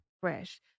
Fresh